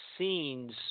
Scenes